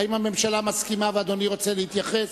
האם הממשלה מסכימה ואדוני רוצה להתייחס?